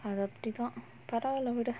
அது அப்டிதா பரவால விடு:athu appdithaa paravaala vidu